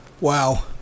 Wow